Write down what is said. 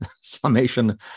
summation